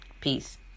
Peace